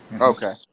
Okay